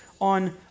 on